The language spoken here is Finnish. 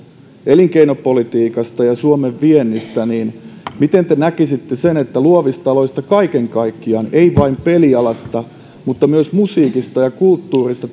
elinkeinopolitiikasta ja suomen viennistä miten te näkisitte sen että luovista aloista kaiken kaikkiaan ei vain pelialasta vaan myös musiikista ja kulttuurista